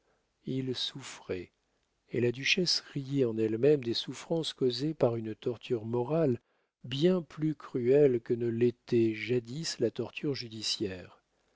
il souffrait et la duchesse riait en elle-même des souffrances causées par une torture morale bien plus cruelle que ne l'était jadis la torture judiciaire